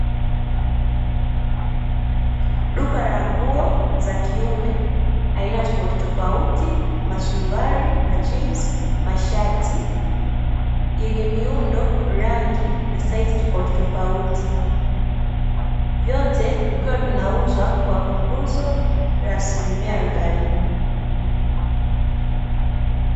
Duka la ngu za kiume aina tofautitofauti masuruali, jinsi, mashati yenye miundo rangi na saizi tofautitofauti vyote vikiwa vinauzwa kwa punguzo ya asilimia arobaini.